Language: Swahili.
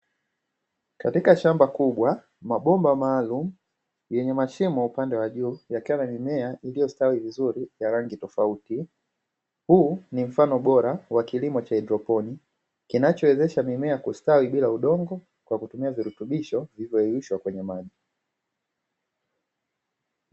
Katika shamba kubwa, mabomba maalumu yenye mashimo upande wa juu, yakiwa na mimea iliyostawi vizuri ya rangi tofauti. Huu ni mfano bora wa kilimo cha haidroponi kinachowezesha mimea kustawi bila udongo kwa kutumia virutubisho vilivyoyeyushwa kwenye maji.